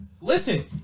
Listen